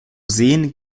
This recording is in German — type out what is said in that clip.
sehen